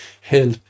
help